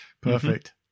perfect